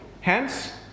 Hence